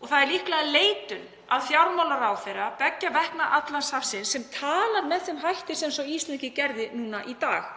og það er líklega leitun að fjármálaráðherra beggja vegna Atlantshafsins sem talar með þeim hætti sem sá íslenski gerði núna í dag